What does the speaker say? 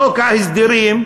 חוק ההסדרים,